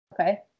Okay